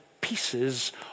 pieces